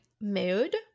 mood